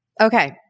Okay